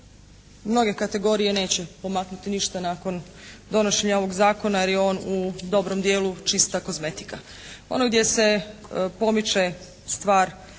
mnoge kategorije neće pomaknuti ništa nakon donošenja ovoga zakona jer je on u dobrom dijelu čista kozmetika. Ono gdje se pomiče stvar